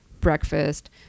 breakfast